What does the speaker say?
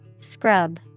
Scrub